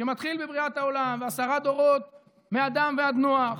שמתחיל בבריאת העולם ועשרה דורות מאדם ועד נח.